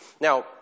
Now